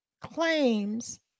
claims